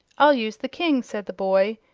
i'll use the king, said the boy,